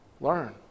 Learn